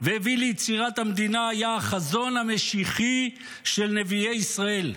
והביא ליצירת המדינה היה החזון המשיחי של נביאי ישראל,